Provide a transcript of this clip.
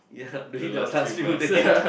ya during your last few day